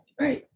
Right